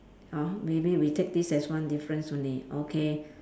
uh maybe we take this as one difference only okay